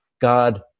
God